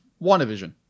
WandaVision